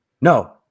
no